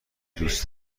دوست